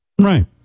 Right